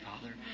Father